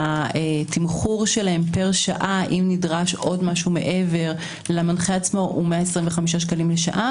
התמחור שלהם פר שעה אם נדרש משהו מעבר למנחה עצמו היא 125 לשעה,